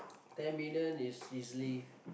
ten million is easily